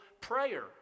prayer